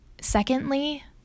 Secondly